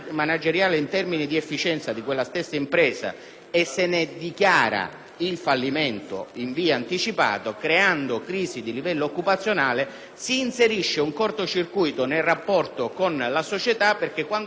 il fallimento in via anticipata, creando crisi di livello occupazionale, si inserisce un corto circuito nel rapporto con la società. Infatti, a fronte di un'impresa mafiosa confiscata, i suoi lavoratori, in buona fede,